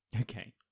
Okay